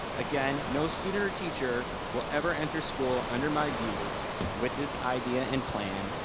again, no student or teacher will ever enter school under my view with this idea and plan,